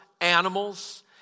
animals